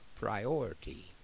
priority